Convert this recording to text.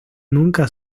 nunca